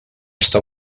està